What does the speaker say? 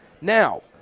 Now